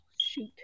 Shoot